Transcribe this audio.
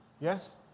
Yes